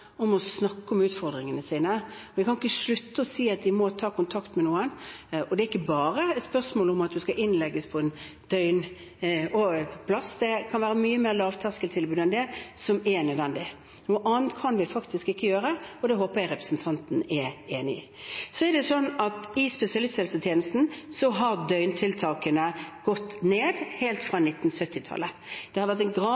om å snakke om utfordringene sine. Vi kan ikke slutte å si at de må ta kontakt med noen. Det er ikke bare et spørsmål om å innlegges på en døgnplass, det kan være et mye mer lavterskel tilbud enn det som er nødvendig. Noe annet kan vi faktisk ikke gjøre, og det håper jeg representanten er enig i. I spesialisthelsetjenesten har døgntiltakene gått ned helt siden 1970-tallet. Det har vært en gradvis nedbygging. Det har skjedd under alle regjeringer, og det har vært en